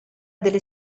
delle